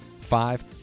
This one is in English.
Five